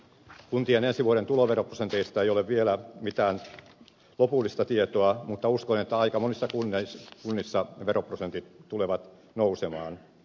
kuntien ensi vuoden tuloveroprosenteista ei ole vielä mitään lopullista tietoa mutta uskon että aika monissa kunnissa veroprosentit tulevat nousemaan